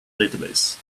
database